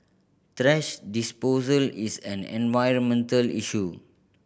thrash disposal is an environmental issue